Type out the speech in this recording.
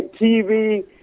TV